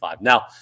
Now